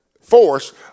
force